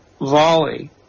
volley